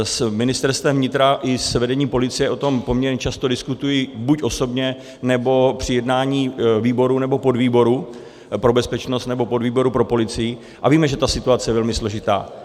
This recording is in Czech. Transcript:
S Ministerstvem vnitra i s vedením policie o tom poměrně často diskutuji buď osobně, nebo při jednání výboru nebo podvýboru pro bezpečnost nebo podvýboru pro policii, a víme, že ta situace je velmi složitá.